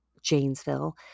Janesville